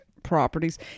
properties